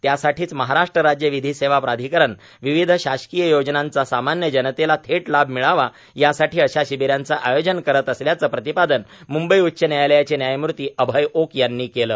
त्यासाठीच महाराष्ट्र राज्य विधी सेवा प्राधिकरण विविध शासकीय योजनाचा सामान्य जनतेला थेट लाभ मिळावा यासाठी अशा शिबिरांचे आयोजन करत असल्याचे प्रतिपादन म्ंबई उच्च न्यायालयाचे न्यायमूर्ती अभय ओक यांनी केले